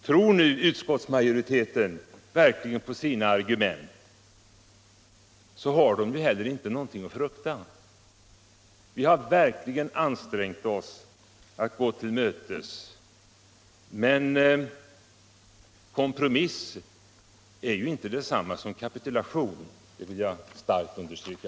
Tror nu utskottsmajoriteten verkligen på sina argument så har den ju inte heller någonting att frukta. Vi har verkligen ansträngt oss att gå de borgerliga till mötes, men kompromiss är ju inte detsamma som kapitulation. Detta vill jag starkt understryka.